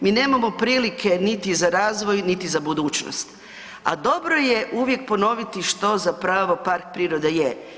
Mi nemamo prilike niti za razvoj niti za budućnost, a dobro je uvijek ponoviti što zapravo park prirode je.